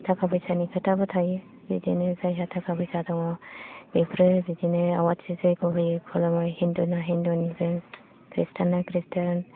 थाखा फैसानि खोथाबो थायो बिदिनो जायहा थाखा फैसा दङ बेफोर बिदिनो आवाथि जैग' होयो खुलुमो हिन्दुना हिन्दुनिजों खृष्टाना ना खृष्टान